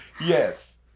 Yes